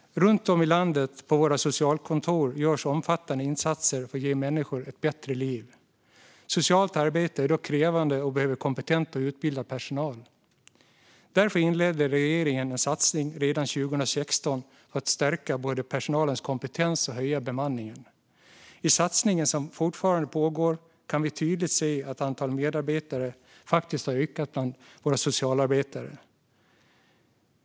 Runt om i landet på våra socialkontor görs omfattande insatser för att ge människor ett bättre liv. Socialt arbete är dock krävande och behöver kompetent och utbildad personal. Därför inledde regeringen en satsning redan 2016 för att både stärka personalens kompetens och höja bemanningen. I satsningen, som fortfarande pågår, kan vi tydligt se att antalet medarbetare faktiskt har ökat bland våra socialarbetare.